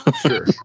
Sure